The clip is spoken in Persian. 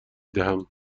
دهم